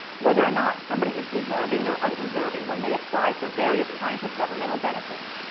whether or not somebody is deserving or undeserving when they apply for various kinds of governmental benefits.